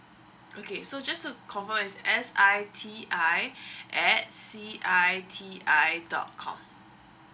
okay so just uh confirm as S I T I at C I T I dot com